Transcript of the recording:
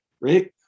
Right